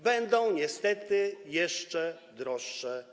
Będą niestety jeszcze droższe.